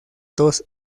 dos